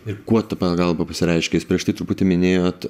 ir kuo ta pagalba pasireiškia jūs prieš tai truputį minėjot